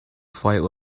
flight